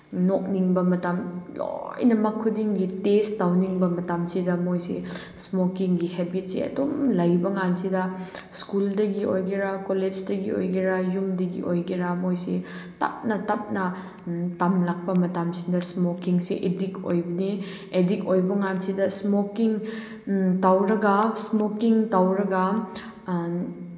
ꯅꯣꯛꯅꯤꯡꯕ ꯃꯇꯝ ꯂꯣꯏꯅꯃꯛ ꯈꯨꯗꯤꯡꯒꯤ ꯇꯦꯁ ꯇꯧꯅꯤꯡꯕ ꯃꯇꯝꯁꯤꯗ ꯃꯣꯏꯁꯦ ꯏꯁꯃꯣꯀꯤꯡꯒꯤ ꯍꯦꯕꯤꯠꯁꯦ ꯑꯗꯨꯝ ꯂꯩꯕ ꯀꯥꯟꯁꯤꯗ ꯁ꯭ꯀꯨꯜꯗꯒꯤ ꯑꯣꯏꯒꯦꯔꯥ ꯀꯣꯂꯦꯖꯇꯒꯤ ꯑꯣꯏꯒꯦꯔꯥ ꯌꯨꯝꯗꯒꯤ ꯑꯣꯏꯒꯦꯔꯥ ꯃꯣꯏꯁꯦ ꯇꯞꯅ ꯇꯞꯅ ꯇꯝꯂꯛꯄ ꯃꯇꯝꯁꯤꯗ ꯏꯁꯃꯣꯀꯤꯡꯁꯦ ꯑꯦꯗꯤꯛ ꯑꯣꯏꯕꯅꯦ ꯑꯦꯗꯤꯛ ꯑꯣꯏꯕ ꯀꯥꯟꯁꯤꯗ ꯏꯁꯃꯣꯀꯤꯡ ꯇꯧꯔꯒ ꯏꯁꯃꯣꯀꯤꯡ ꯇꯧꯔꯒ